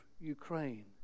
Ukraine